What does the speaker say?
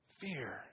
Fear